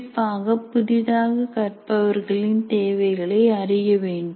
குறிப்பாக புதிதாக கற்பவர்களின் தேவைகளை அறிய வேண்டும்